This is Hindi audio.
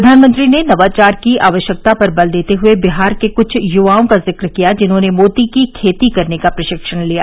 प्रधानमंत्री ने नवाचार की आवश्यकता पर बल देते हुए बिहार के कुछ युवाओं का जिक्र किया जिन्होंने मोती की खेती करने का प्रशिक्षण लिया